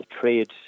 trade